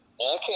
Okay